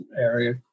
area